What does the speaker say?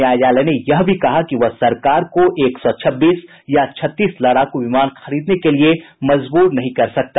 न्यायालय ने यह भी कहा कि वह सरकार को एक सौ छब्बीस या छत्तीस लड़ाकू विमान खरीदने के लिए मजबूर नहीं कर सकता